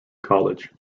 college